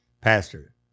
Pastor